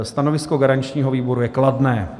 Stanovisko garančního výboru je kladné.